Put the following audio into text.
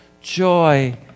joy